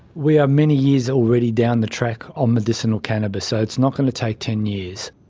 we are many years already down the track on medicinal cannabis, so it's not going to take ten years.